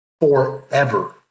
Forever